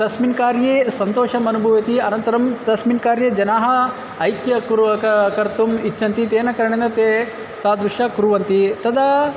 तस्मिन् कार्ये सन्तोषम् अनुभवन्ति अनन्तरं तस्मिन् कार्ये जनाः ऐक्यं कुर्वक कर्तुम् इच्छन्ति तेन कारणेन ते तादृशं कुर्वन्ति तदा